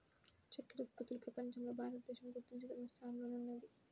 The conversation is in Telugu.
చక్కర ఉత్పత్తిలో ప్రపంచంలో భారతదేశం గుర్తించదగిన స్థానంలోనే ఉన్నది